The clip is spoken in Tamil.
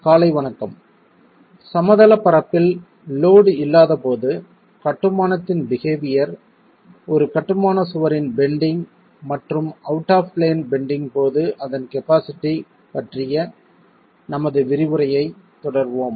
காலை வணக்கம் சமதளப் பரப்பில் லோட் இல்லாத போது கட்டுமானத்தின் பிஹெவியர் ஒரு கட்டுமான சுவரின் பெண்டிங் மற்றும் அவுட் ஆஃப் பிளேன் பெண்டிங் போது அதன் கபாஸிட்டி பற்றிய நமது விரிவுரையைத் தொடர்வோம்